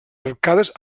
arcades